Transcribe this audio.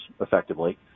effectively